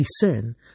discern